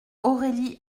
aurélie